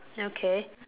okay